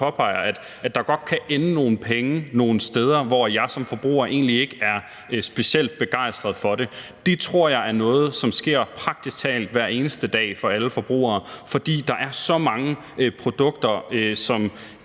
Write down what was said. at der godt kan ende nogle penge nogle steder, hvor jeg som forbruger egentlig ikke er specielt begejstret for det. Det tror jeg er noget, der sker praktisk talt hver eneste dag for alle forbrugere, for der er så mange produkter, hvor